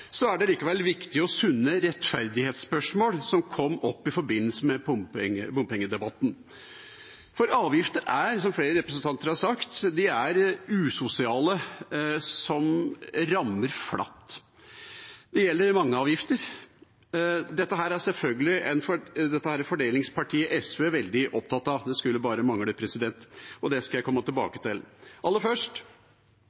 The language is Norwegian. er det likevel viktige og sunne rettferdighetsspørsmål som kom opp i forbindelse med bompengedebatten. For avgifter er usosiale, som flere representanter har sagt – de rammer flatt. Det gjelder mange avgifter. Dette er selvfølgelig fordelingspartiet SV veldig opptatt av, det skulle bare mangle, og det skal jeg komme tilbake